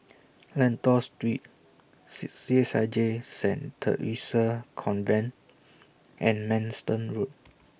Lentor Street C H I J Saint Theresa's Convent and Manston Road